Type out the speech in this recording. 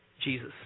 Jesus